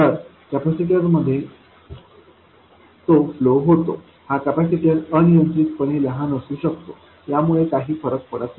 तर तो कॅपेसिटरमध्ये फ्लो होतो हा कॅपेसिटर अनियंत्रितपणे लहान असू शकतो यामुळे काही फरक पडत नाही